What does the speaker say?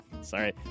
Sorry